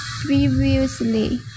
previously